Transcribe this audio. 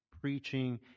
preaching